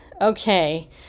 okay